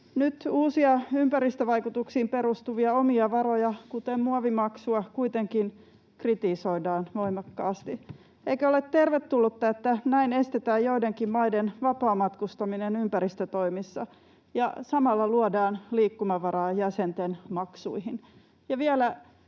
Nyt uusia ympäristövaikutuksiin perustuvia omia varoja, kuten muovimaksua, kuitenkin kritisoidaan voimakkaasti. Eikö ole tervetullutta, että näin estetään joidenkin maiden vapaamatkustaminen ympäristötoimissa ja samalla luodaan liikkumavaraa jäsenten maksuihin?